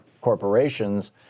corporations